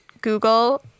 Google